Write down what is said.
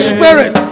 Spirit